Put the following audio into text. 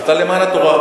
אתה נאמן לתורה,